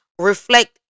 reflect